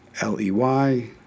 L-E-Y